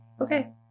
Okay